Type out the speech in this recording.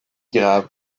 graves